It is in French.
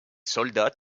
soldats